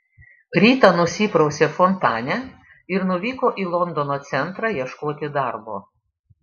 rytą nusiprausė fontane ir nuvyko į londono centrą ieškoti darbo